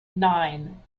nine